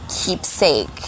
keepsake